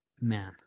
man